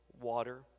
water